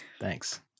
Thanks